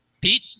Pete